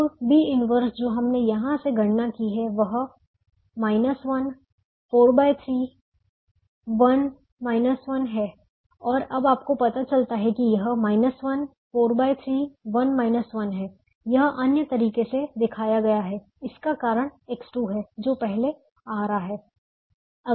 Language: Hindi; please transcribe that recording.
अब B 1 जो हमने यहां से गणना की है वह 1 43 1 1 है और अब आपको पता चलता है कि यह 1 4 3 1 1 है यह अन्य तरीके से दिखाया गया है इसका कारण X2 है जो पहले आ रहा है